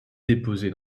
déposée